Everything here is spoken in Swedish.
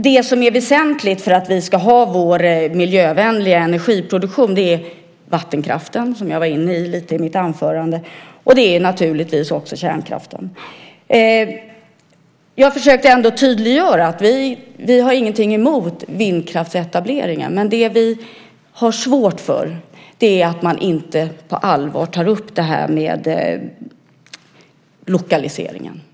Det som är väsentligt för att vi ska ha vår miljövänliga energiproduktion är vattenkraften, som jag var inne på lite grann i mitt anförande, och naturligtvis också kärnkraften. Jag försökte ändå tydliggöra att vi inte har någonting emot vindkraftsetableringar. Men det som vi har svårt för är att man inte på allvar tar upp frågan om lokaliseringen.